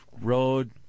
road